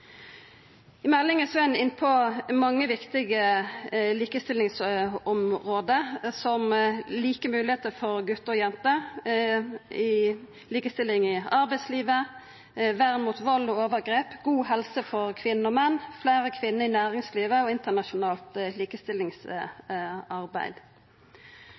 I meldinga er ein inne på mange viktige likestillingsområde, som like moglegheiter for gutar og jenter, likestilling i arbeidslivet, vern mot vald og overgrep, god helse for kvinner og menn, fleire kvinner i næringslivet og internasjonalt likestillingsarbeid.